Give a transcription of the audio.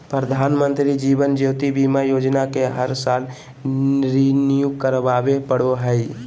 प्रधानमंत्री जीवन ज्योति बीमा योजना के हर साल रिन्यू करावे पड़ो हइ